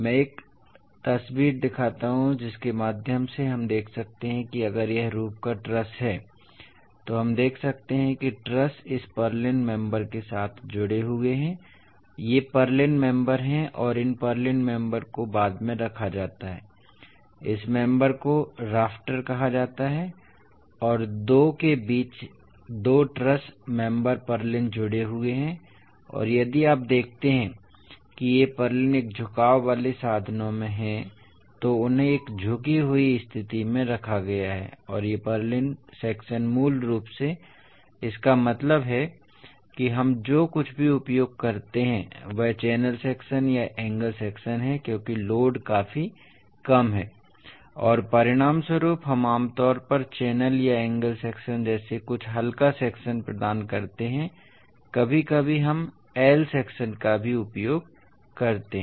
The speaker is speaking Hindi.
मैं एक तस्वीर दिखाता हूं जिसके माध्यम से हम देख सकते हैं कि अगर यह रूफ का ट्रस है तो हम देख सकते हैं कि ट्रस इस पुर्लिन्स मेम्बर के साथ जुड़े हुए हैं ये पुर्लिन्स मेम्बर हैं और इन पुर्लिन्स मेम्बर्स को बाद में रखा जाता है इस मेम्बर को राफ्टर कहा जाता है और दो पुर्लिन के बीच दो ट्रस मेम्बर पुर्लिन जुड़े हुए हैं और यदि आप देखते हैं कि ये पुर्लिन एक झुकाव वाले साधनों में हैं तो उन्हें एक झुकी हुई स्थिति में रखा गया है और ये पुर्लिन सेक्शन मूल रूप से इसका मतलब है कि हम जो कुछ भी उपयोग करते हैं वह चैनल सेक्शन या एंगल सेक्शन है क्योंकि लोड काफी कम है और परिणामस्वरूप हम आम तौर पर चैनल या एंगल सेक्शन जैसे कुछ हल्का सेक्शन प्रदान करते हैं कभी कभी हम I सेक्शन का भी उपयोग करते हैं